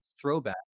throwback